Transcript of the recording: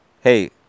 Hey